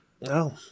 No